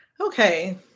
Okay